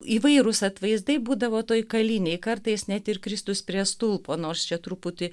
įvairūs atvaizdai būdavo toj kalinėj kartais net ir kristus prie stulpo nors čia truputį